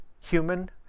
human